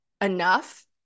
enough